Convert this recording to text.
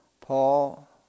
Paul